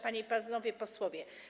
Panie i Panowie Posłowie!